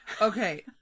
Okay